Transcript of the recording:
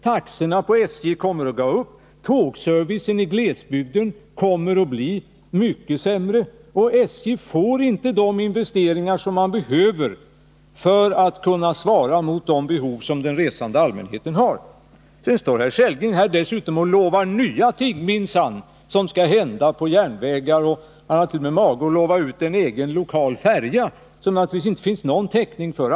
Taxorna på SJ går upp, tågservicen i glesbygden blir mycket sämre, och SJ får inte de investeringar SJ behöver för att kunna svara mot de behov som den resande allmänheten har. Dessutom står minsann herr Sellgren här och lovar nya ting, som bl.a. skall hända på järnvägarna. Han har t.o.m. mage att lova en egen lokal färja — som det naturligtvis inte finns någon täckning för.